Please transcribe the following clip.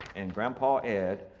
and grandpa ed,